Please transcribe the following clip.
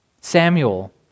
Samuel